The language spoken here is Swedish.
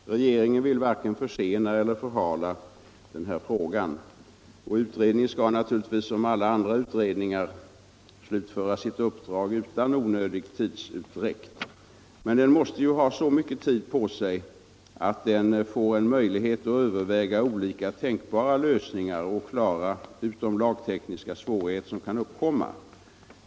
Herr talman! Regeringen vill varken försena eller förhala den här frågan. Utredningen skall naturligtvis som alla andra utredningar slutföra sitt uppdrag utan onödig tidsutdräkt. Men den måste ha så mycket tid på sig att den får en möjlighet att överväga olika tänkbara lösningar och klara ut de lagtekniska svårigheter som kan uppkomma.